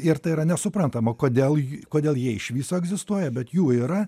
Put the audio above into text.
ir tai yra nesuprantama kodėl j kodėl jie iš viso egzistuoja bet jų yra